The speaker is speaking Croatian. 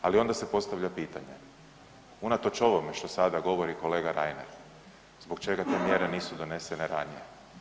Ali, onda se postavlja pitanje, unatoč ovome što sada govori kolega Reiner, zbog čega te mjere nisu donesene ranije?